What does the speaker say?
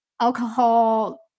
alcohol